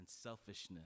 selfishness